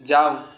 जाउ